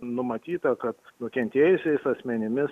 numatyta kad nukentėjusiais asmenimis